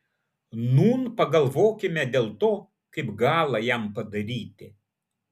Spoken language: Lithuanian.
nūn pagalvokime dėl to kaip galą jam padaryti